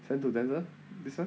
send to denzel this one